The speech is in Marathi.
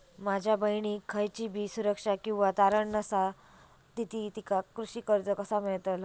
माझ्या बहिणीक खयचीबी सुरक्षा किंवा तारण नसा तिका कृषी कर्ज कसा मेळतल?